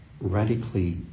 radically